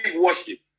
worship